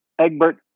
egbert